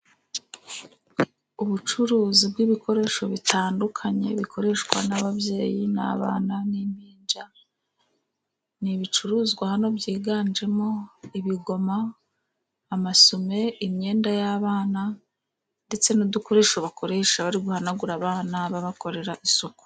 Ubucuruzi bw'ibikoresho bitandukanye, bikoreshwa n'ababyeyi n'abana b'impinja. Ni ibicuruzwa hano byiganjemo: ibigoma, amasume, imyenda y'abana ndetse n'udukoresho bakoresha bari guhanagura abana babakorera isuku.